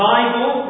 Bible